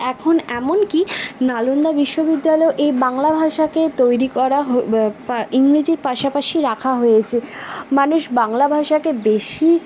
এখন এমনকি নালন্দা বিশ্ববিদ্যালয়ও এই বাংলা ভাষাকে তৈরি করা হব পা ইংরেজির পাশাপাশি রাখা হয়েছে মানুষ বাংলা ভাষাকে বেশি